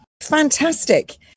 Fantastic